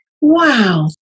wow